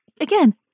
Again